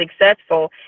successful